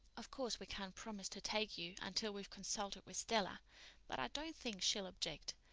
of course we can't promise to take you until we've consulted with stella but i don't think she'll object,